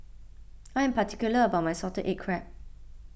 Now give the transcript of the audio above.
I am particular about my Salted Egg Crab